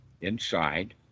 inside